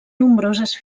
nombroses